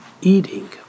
eating